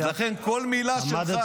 לכן, כל מילה שלך פה --- למה אתה משקר?